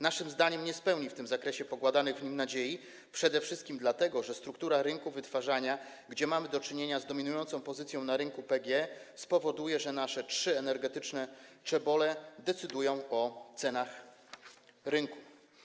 Naszym zdaniem nie spełni w tym zakresie podkładanych w nim nadziei, przede wszystkim dlatego że struktura rynku wytwarzania, gdzie mamy do czynienia z dominującą pozycją PGE na rynku, powoduje, że nasze trzy energetyczne czebole decydują o cenach na rynku.